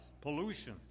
pollution